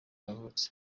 yavutse